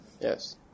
yes